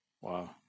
Wow